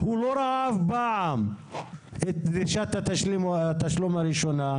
הוא לא ראה אף פעם את דרישת התשלום הראשונה,